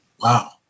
Wow